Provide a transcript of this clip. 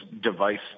device